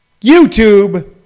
YouTube